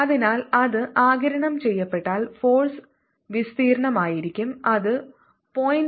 അതിനാൽ അത് ആഗിരണം ചെയ്യപ്പെട്ടാൽ ഫോഴ്സ് വിസ്തീർണ്ണമായിരിക്കും അത് 0